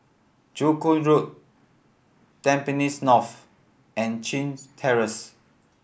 Joo Koon Road Tampines North and Chin Terrace